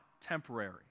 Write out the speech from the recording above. temporary